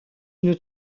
une